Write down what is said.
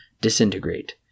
disintegrate